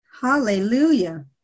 hallelujah